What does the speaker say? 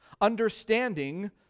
understanding